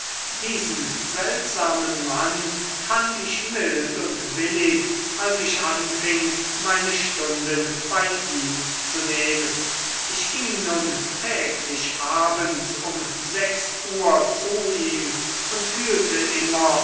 diesen seltsamen mann fand ich mild und willig als ich anfing meine stunden bei ihm zu nehmen ich ging nun täglich abends um sechs uhr zu ihm und fühlte immer